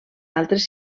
altres